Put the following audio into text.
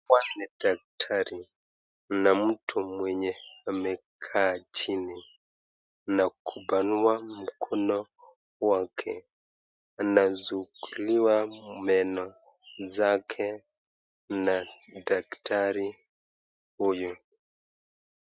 Hawa ni daktari na mtu mwenye amekaa chini na kupanua mkono wake. Anasuguliwa meno zake na daktari huyu.